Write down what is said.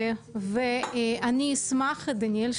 ואני אשמח שדניאל,